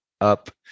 up